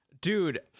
Dude